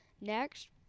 Next